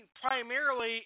primarily